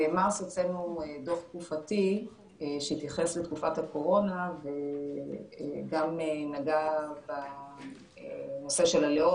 במרץ הוצאנו דוח תקופתי שהתייחס לתקופת הקורונה וגם נגע בנושא של הלאום,